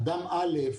אדם א',